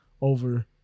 over